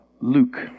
Luke